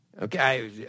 Okay